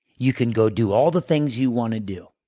you can go do all the things you want to do.